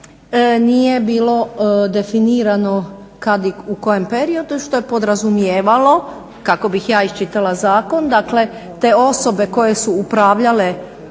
nije bilo definirano kad i u kojem periodu što je podrazumijevalo kako bih ja iščitala zakon dakle te osobe koje su upravljale